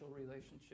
relationship